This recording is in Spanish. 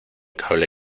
cable